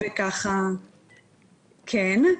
כן.